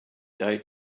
day